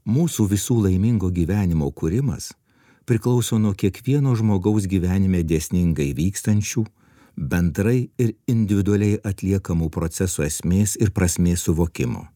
mūsų visų laimingo gyvenimo kūrimas priklauso nuo kiekvieno žmogaus gyvenime dėsningai vykstančių bendrai ir individualiai atliekamų procesų esmės ir prasmės suvokimo